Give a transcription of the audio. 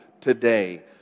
today